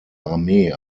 armee